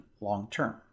long-term